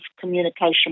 communication